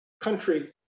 country